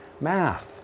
math